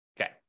okay